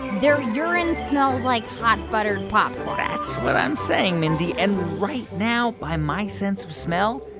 their urine smells like hot buttered popcorn? that's what i'm saying, mindy. and right now, by my sense of smell,